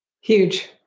huge